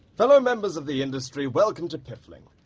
fellow members of the industry, welcome to piffling.